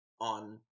on